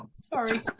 Sorry